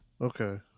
Okay